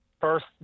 first